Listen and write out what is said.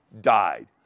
died